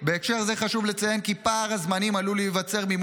בהקשר זה חשוב לציין כי פער הזמנים העלול להיווצר ממועד